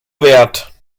wert